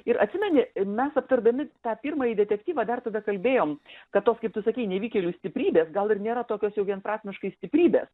ir atsimeni mes aptardami tą pirmąjį detektyvą dar tada kalbėjom kad tos kaip tu sakei nevykėlių stiprybės gal ir nėra tokios jau vienprasmiškai stiprybės